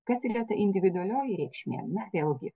kas yra ta individualioji reikšmė na vėlgi